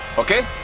okay?